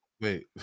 wait